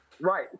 Right